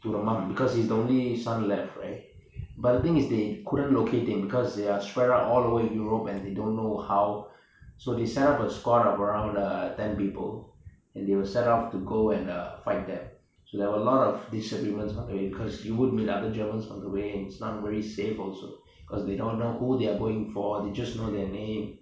to the mum because he's the only son left right but the thing is they couldn't locate him because they are spread out all over europe and they don't know how so they set up a squad of around uh ten people and they will set off to go and uh fight them so there were lot of disagreements on the way cause you would meet other germans on the way and it's not very safe also cause they don't know who they are going for they just know their name